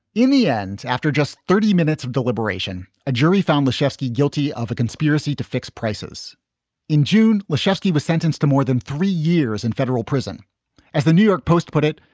in the end, after just thirty minutes of deliberation, a jury found laszewski guilty of a conspiracy to fix prices in june. laszewski was sentenced to more than three years in federal prison as the new york post put it.